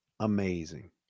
Amazing